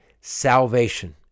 Salvation